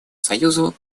союзу